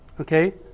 Okay